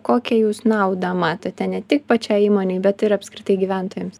kokią jūs naudą matote ne tik pačiai įmonei bet ir apskritai gyventojams